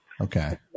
Okay